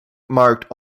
marked